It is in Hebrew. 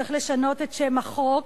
צריך לשנות את שם החוק